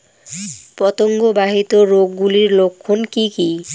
পতঙ্গ বাহিত রোগ গুলির লক্ষণ কি কি?